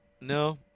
No